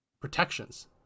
protections